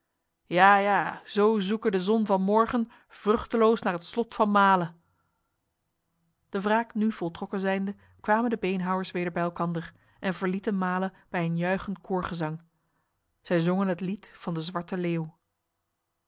ja ja zo zoeke de zon van morgen vruchteloos naar het slot male de wraak nu voltrokken zijnde kwamen de beenhouwers weder bij elkander en verlieten male bij een juichend koorgezang zij zongen het lied van de zwarte leeuw